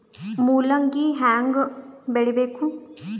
ಮೂಲಂಗಿ ಹ್ಯಾಂಗ ಬೆಳಿಬೇಕು?